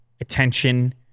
attention